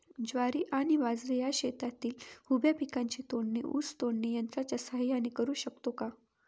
ज्वारी आणि बाजरी या शेतातील उभ्या पिकांची तोडणी ऊस तोडणी यंत्राच्या सहाय्याने करु शकतो का?